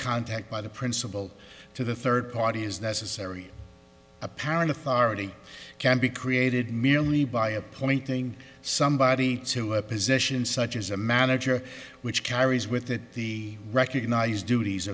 contact by the principal to the third party is necessary apparent authority can be created merely by appointing somebody to a position such as a manager which carries with it the recognized duties